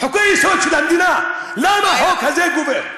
חוקי-יסוד של המדינה, למה החוק הזה גובר?